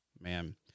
man